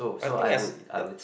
I think I it's yup